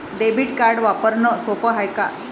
Debit card वापरणं सोप हाय का?